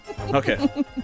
Okay